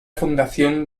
fundación